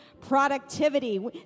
productivity